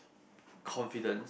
confidence